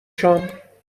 شام